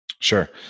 Sure